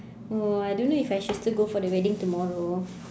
oh I don't know if I should still go for the wedding tomorrow